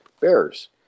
Bears